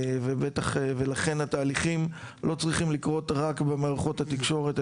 ולכן התהליכים לא צריכים לקרות רק במערכות התקשורת,